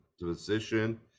position